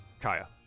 Kaya